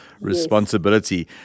responsibility